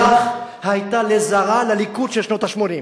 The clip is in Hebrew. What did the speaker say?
ההקצנה שלך היתה לזרא לליכוד של שנות ה-80.